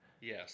Yes